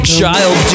child